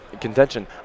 contention